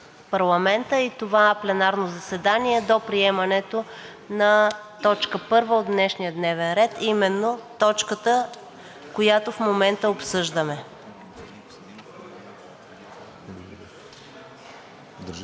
парламента и това пленарно заседание до приемането на точка първа от днешния дневен ред, а именно точката, която в момента обсъждаме.